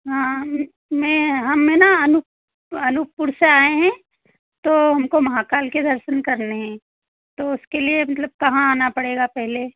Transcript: हाँ मै हमें न अनु अनूपपुर से आए हैं तो हमको महाकाल के दर्शन करने हैं तो उसके लिए मतलब कहाँ आना पड़ेगा पहले